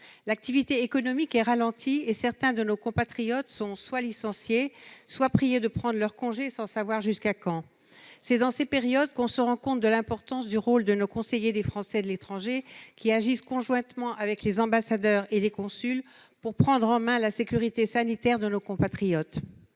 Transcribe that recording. L'activité économique est ralentie et certains de nos compatriotes sont soit licenciés, soit priés de prendre leurs congés sans savoir jusqu'à quand. C'est dans ces périodes que l'on se rend compte de l'importance du rôle de nos conseillers des Français de l'étranger, qui agissent conjointement avec les ambassadeurs et les consuls pour prendre en mains la sécurité sanitaire de nos compatriotes.